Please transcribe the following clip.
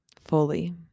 fully